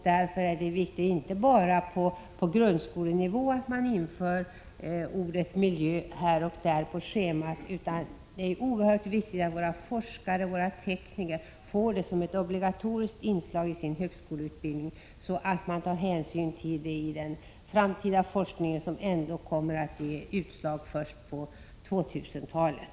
Därför är det viktigt att inte bara på högskolenivå införa ordet miljö här och där på schemat, utan det är oerhört viktigt att våra forskare och tekniker får detta som ett obligatoriskt inslag i sin högskoleutbildning så att de tar hänsyn till detta i framtida forskning, som kommer att ge utslag först på 2000-talet.